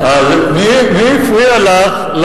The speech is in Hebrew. מי הפריע לך,